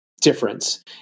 difference